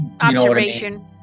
observation